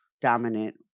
dominant